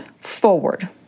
forward